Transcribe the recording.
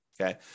okay